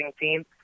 team